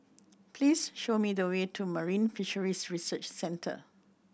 please show me the way to Marine Fisheries Research Centre